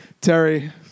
Terry